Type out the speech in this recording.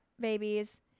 babies